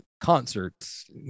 concerts